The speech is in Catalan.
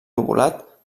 lobulat